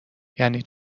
یعنی